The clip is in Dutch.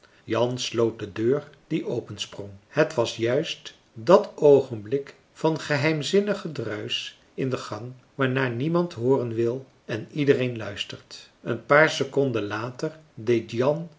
jan sloot de deur die opensprong het was juist dat oogenblik van geheimzinnig gedruisch in den gang waarnaar niemand hooren wil en iedereen luistert een paar seconden later deed jan